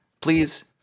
please